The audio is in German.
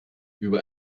über